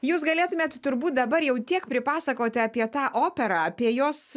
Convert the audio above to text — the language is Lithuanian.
jūs galėtumėt turbūt dabar jau tiek pripasakoti apie tą operą apie jos